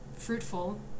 fruitful